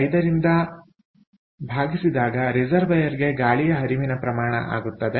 5 ರಿಂದ ಭಾಗಿಸಿದಾಗ ರಿಸರ್ವೈಯರ್ಗೆ ಗಾಳಿಯ ಹರಿವಿನ ಪ್ರಮಾಣ ಆಗುತ್ತದೆ